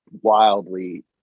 wildly